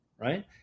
Right